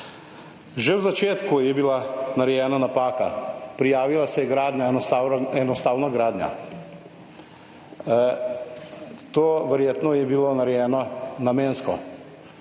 Že v začetku je bila narejena napaka. Prijavila se je gradnja enostavno, enostavna gradnja. To verjetno je bilo narejeno namensko,